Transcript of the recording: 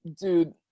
dude